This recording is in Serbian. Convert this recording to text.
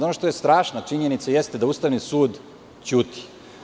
Ono što je strašna činjenica jeste da Ustavni sud ćuti.